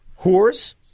whores